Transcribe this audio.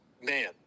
man